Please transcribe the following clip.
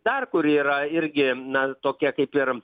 dar kur yra irgi na tokia kaip ir